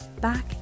back